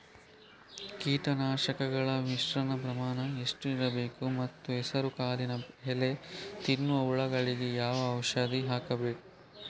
ಕೀಟನಾಶಕಗಳ ಮಿಶ್ರಣ ಪ್ರಮಾಣ ಎಷ್ಟು ಇರಬೇಕು ಮತ್ತು ಹೆಸರುಕಾಳಿನ ಎಲೆ ತಿನ್ನುವ ಹುಳಗಳಿಗೆ ಯಾವ ಔಷಧಿ ಹಾಕಬೇಕು?